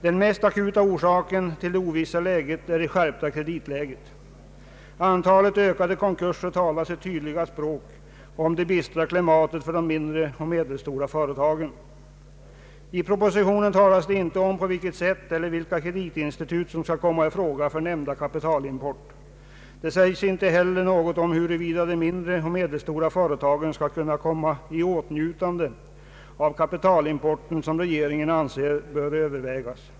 Den mest akuta orsaken till det ovissa läget är det skärpta kreditläget. Det ökade anialet konkurser talar sitt tydliga språk om det bistra klimatet för de mindre och medelstora företagen. I propositionen talas det inte om på vilket sätt nämnda kapitalimport skall göras eller vilka kreditinstitut som skall komma i fråga för densamma. Det sägs inte heller något om huruvida de mindre och medelstora företagen skall kunna komma i åtnjutande av den kapitalimport som regeringen anser bör övervägas.